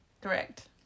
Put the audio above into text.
Correct